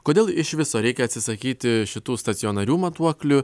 kodėl iš viso reikia atsisakyti šitų stacionarių matuoklių